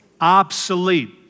Obsolete